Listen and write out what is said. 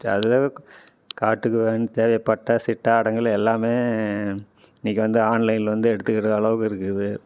எதோ காட்டுக்கு வாங்கி தேவைப்பட்டால் சிற்றாடங்கள் எல்லாம் இன்றைக்கி வந்து ஆன்லையனில் வந்து எடுத்துக்கிற அளவுக்கு இருக்குது